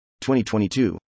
2022